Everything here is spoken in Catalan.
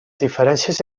diferències